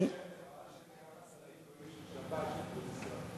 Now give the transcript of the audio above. חבל שאין כמה שרים גויים של שבת שיוכלו לנסוע.